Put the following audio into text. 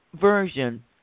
Version